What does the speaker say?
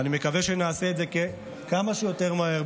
ואני מקווה שנעשה את זה ככמה שיותר מהר,